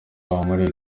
muri